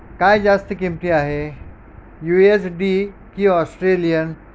काय जास्त किंमती आहे यू एस डी की ऑस्ट्रेलियन